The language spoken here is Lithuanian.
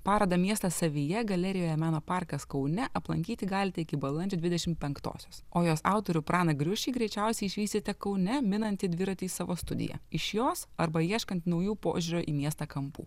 parodą miestas savyje galerijoje meno parkas kaune aplankyti galite iki balandžio dvidešimt penktosios o jos autorių praną griušį greičiausiai išvysite kaune minantį dviratį savo studiją iš jos arba ieškant naujų požiūrio į miestą kampų